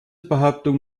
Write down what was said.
behauptung